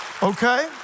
Okay